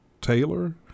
Taylor